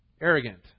arrogant